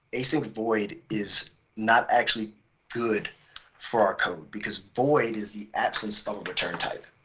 async void is not actually good for our code because void is the absence of a return type,